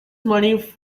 money